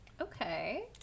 Okay